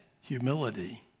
humility